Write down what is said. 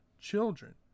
children